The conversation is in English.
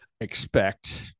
expect